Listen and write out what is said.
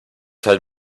had